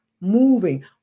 moving